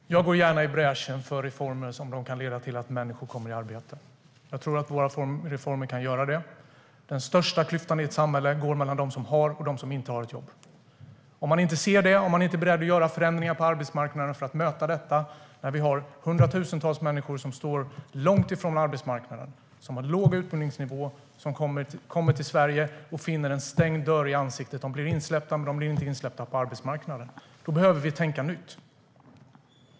Herr talman! Jag går gärna i bräschen för reformer som kan leda till att människor kommer i arbete. Jag tror att våra reformer kan göra det. Den största klyftan i ett samhälle går mellan dem som har ett jobb och dem som inte har ett jobb. Det måste man se, och man måste vara beredd att göra förändringar på arbetsmarknaden för att möta det när vi har hundratusentals människor som står långt ifrån arbetsmarknaden och har låg utbildningsnivå. De kommer till Sverige och får en stängd dörr i ansiktet; de blir insläppta, men de blir inte insläppta på arbetsmarknaden. Då behöver vi tänka nytt.